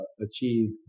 achieve